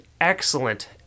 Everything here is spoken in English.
excellent